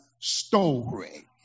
story